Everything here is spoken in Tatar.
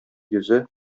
йөзе